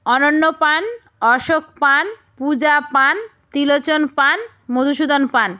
অনন্য পান অশোক পান পূজা পান ত্রিলোচন পান মধুসূদন পান